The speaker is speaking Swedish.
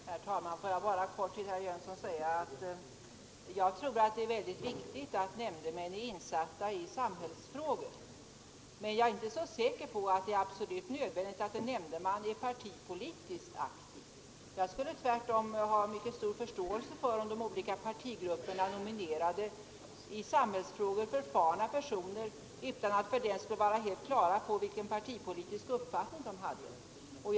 Herr talman! Låt mig bara helt kort säga till herr Jönsson i Malmö att jag tror att det är väsentligt att nämndemän är insatta i samhällsfrågor. Men jag är inte säker på att det är absolut nödvändigt att en nämndeman är partipolitiskt aktiv. Jag skulle tvärtom ha mycket stor förståelse för om de olika partigrupperna nominerade i samhällsfrågor förfarna personer utan att fördenskull vara helt klara på vilken partipolitisk uppfattning dessa hade.